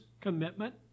commitment